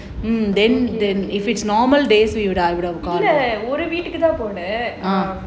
இல்ல ஒரு வீட்டுக்கு தான் போனேன்:illa oru veetuku thaan ponaen